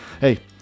Hey